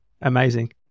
Amazing